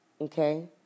Okay